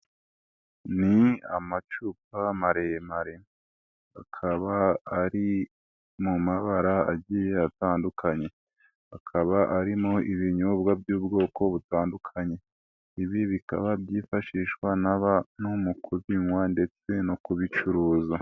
Ni amacupa maremare, akaba ari mu mabara agiye atandukanye, akaba arimo ibinyobwa by'ubwoko butandukanye, ibi bikaba byifashishwa mu kubinywa ndetse no kubicuruza.